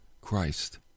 Christ